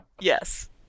Yes